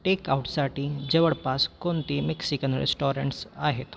take आऊटसाठी जवळपास कोणती मेक्सिकन रेस्टॉरंट्स आहेत